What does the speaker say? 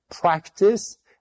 practice